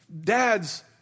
Dad's